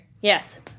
Yes